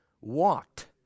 walked